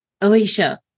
Alicia